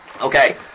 Okay